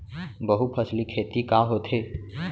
बहुफसली खेती का होथे?